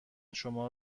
شما